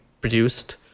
produced